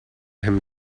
him